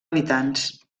habitants